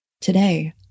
Today